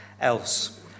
else